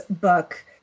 book